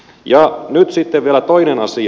nyt sitten vielä toinen asia